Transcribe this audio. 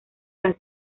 las